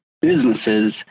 businesses